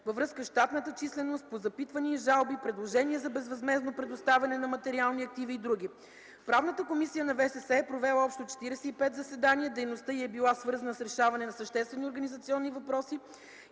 във връзка с щатната численост, по запитвания и жалби, предложения за безвъзмездно предоставяне на материални активи и др. Правната комисия на ВСС е провела общо 45 заседания. Дейността й е била свързана с решаване на съществени организационни въпроси,